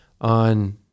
on